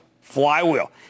Flywheel